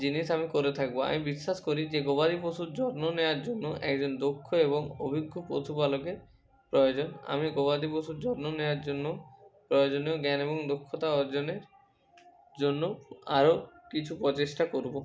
জিনিস আমি করে থাকবো আমি বিশ্বাস করি যে গবাদি পশুর যত্ন নেওয়ার জন্য একজন দক্ষ এবং অভিজ্ঞ প্রতিপালকের প্রয়োজন আমি গবাদি পশুর যত্ন নেয়ার জন্য প্রয়োজনীয় জ্ঞান এবং দক্ষতা অর্জনের জন্য আরো কিছু প্রচেষ্টা করবো